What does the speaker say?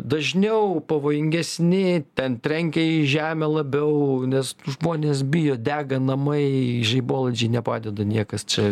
dažniau pavojingesni ten trenkia į žemę labiau nes žmonės bijo dega namai žaibolaidžiai nepadeda niekas čia